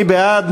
מי בעד?